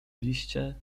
liście